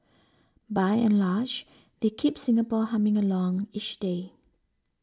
by and large they keep Singapore humming along each day